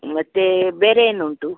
ಮತ್ತು ಬೇರೆ ಏನುಂಟು